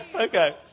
Okay